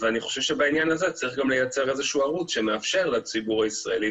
אני חושב שבעניין הזה צריך גם לייצר איזשהו ערוץ שמאפשר לציבור הישראלי,